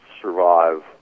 survive